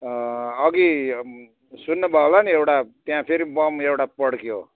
अघि सुन्नुभयो होला नि एउटा त्यहाँ फेरि बम एउटा पड्क्यो